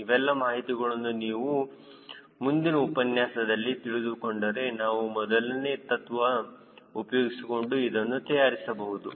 ಇವೆಲ್ಲ ಮಾಹಿತಿಗಳನ್ನು ನೀವು ಮುಂದಿನ ಉಪನ್ಯಾಸದಲ್ಲಿ ತಿಳಿದುಕೊಂಡರೆ ನಾವು ಮೊದಲನೇ ತತ್ವ ಉಪಯೋಗಿಸಿಕೊಂಡು ಇದನ್ನು ತಯಾರಿಸಬಹುದು